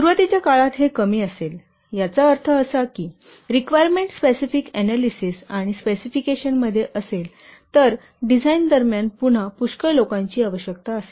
सुरुवातीच्या काळात हे कमी असेल याचा अर्थ असा की ही रिक्वायरमेंट स्पेसिफिक अनालिसिस आणि स्पेसिफिकेशन मध्ये असेल तर डिझाइन दरम्यान पुन्हा पुष्कळ लोकांची आवश्यकता असेल